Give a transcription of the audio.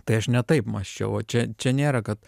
tai aš ne taip mąsčiau o čia čia nėra kad